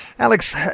Alex